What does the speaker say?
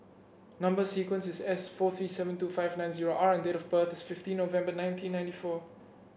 number sequence is S four three seven two five nine zero R and date of birth is fifteen November nineteen ninety four